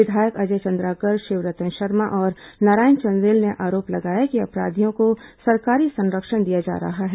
विधायक अजय चंद्राकर शिवरतन शर्मा और नारायण चंदेल ने आरोप लगाया कि अपराधियों को सरकारी संरक्षण दिया जा रहा है